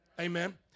Amen